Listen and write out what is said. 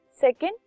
Second